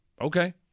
Okay